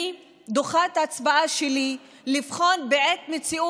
אני דוחה את ההצבעה שלי כדי לבחון את המציאות,